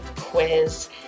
quiz